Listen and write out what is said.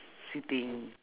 sitting